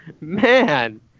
Man